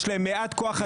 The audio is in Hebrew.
יש להן מעט כוח אדם.